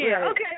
Okay